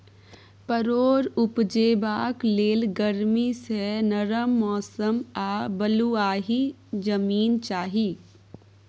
परोर उपजेबाक लेल गरमी सँ नरम मौसम आ बलुआही जमीन चाही